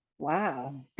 Wow